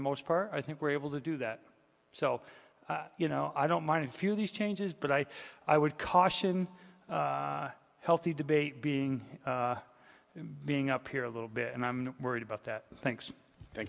the most part i think we're able to do that so you know i don't mind a few of these changes but i i would caution healthy debate being being up here a little bit and i'm worried about that thanks